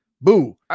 Boo